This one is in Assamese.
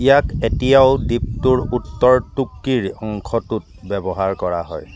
ইয়াক এতিয়াও দ্বীপটোৰ উত্তৰ তুৰ্কীৰ অংশটোত ব্যৱহাৰ কৰা হয়